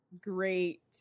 great